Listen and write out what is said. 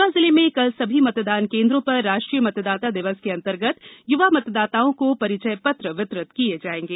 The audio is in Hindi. रीवा जिले में कल सभी मतदान केंद्रों पर राष्ट्रीय मतदाता दिवस के अंतर्गत युवा मतदाताओं को परिचयपत्र वितरित किये जायेंगे